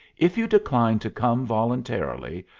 if you decline to come voluntarily,